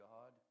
God